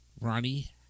Ronnie